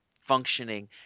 functioning